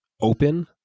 open